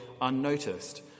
unnoticed